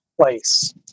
place